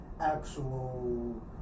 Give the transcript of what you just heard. actual